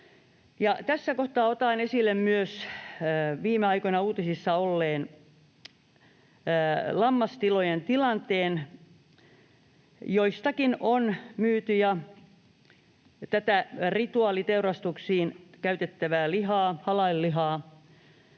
Tässä kohtaa otan esille viime aikoina myös uutisissa olleen lammastilojen tilanteen. Joistakin on myyty tätä rituaaliteurastuksiin käytettävää lihaa,